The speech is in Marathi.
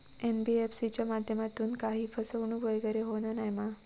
एन.बी.एफ.सी च्या माध्यमातून काही फसवणूक वगैरे होना नाय मा?